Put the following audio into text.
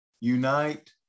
unite